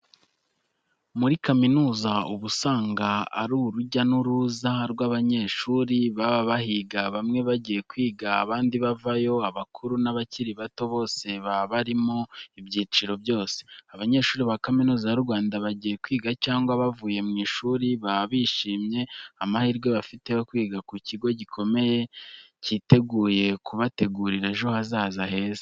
Muri kaminuza uba usanga ari urujya n'uruza rw'abanyeshuri baba bahiga bamwe bagiye kwiga abandi bavayo abakuru na bakiri bato bose baba barimo ibyiciro byose. Abanyeshuri ba Kaminuza y’u Rwanda bagiye kwiga cyangwa bavuye mu ishuri baba bishimiye amahirwe bafite yo kwiga mu kigo gikomeye, cyiteguye kubategurira ejo hazaza heza.